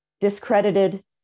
discredited